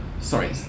sorry